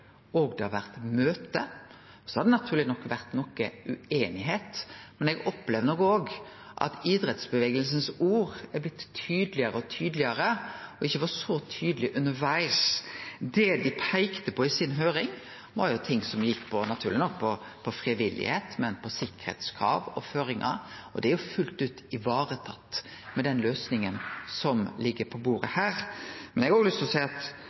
og det har vore møte. Det har naturleg nok vore noko ueinigheit, men eg opplever nok òg at orda frå idrettsbevegelsen er blitt tydelegare og tydelegare – og ikkje var så tydelege undervegs. Det dei peikte på i høyringa, var ting som naturleg nok gjekk på frivilligheit, men òg på sikkerheitskrav og føringar, og det er jo fullt ut varetatt med den løysinga som ligg på bordet her. Eg har òg lyst til å seie at